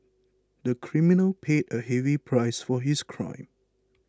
the criminal paid a heavy price for his crime